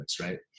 right